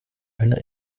einer